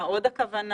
מה עוד הכוונה?